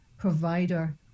provider